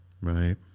right